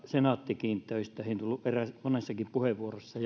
senaatti kiinteistöihin tullut monessakin puheenvuorossa